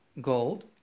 gold